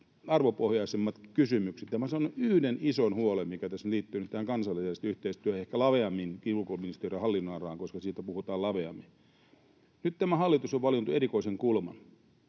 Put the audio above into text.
arvopohjaisemmat kysymykset, ja sanon yhden ison huolen, mikä tässä liittyy nyt kansainväliseen yhteistyöhön ja ehkä laveamminkin ulkoministeriön hallinnonalaan, koska siitä puhutaan laveammin: Nyt tämä hallitus on valinnut erikoisen kulman.